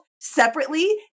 separately